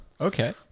Okay